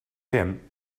him